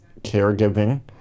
caregiving